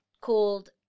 Called